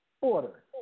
order